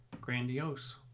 grandiose